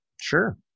sure